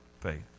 faith